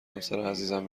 همسرعزیزم